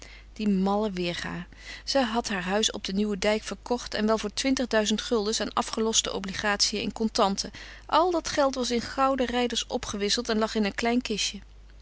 die malle weêrgaê zy hadt haar huis op den nieuwen dyk verkogt en wel voor twintig duizend guldens aan afgeloste obligatien in contanten al dat geld was in gouden ryders opgewisselt en lag in een klein kistje